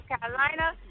Carolina